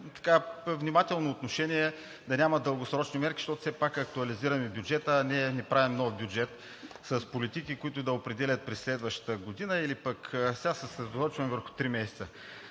за внимателно отношение да няма дългосрочни мерки, защото все пак актуализираме бюджета, а не правим нов бюджет с политики, които да се определят през следващата година, а сега се съсредоточаваме върху три месеца.